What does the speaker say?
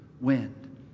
wind